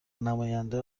نماینده